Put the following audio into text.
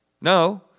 No